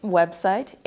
website